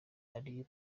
ariyo